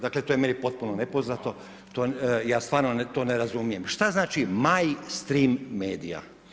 Dakle, to je meni potpuno nepoznato, ja stvarno to ne razumijem šta znači – maj strim medija?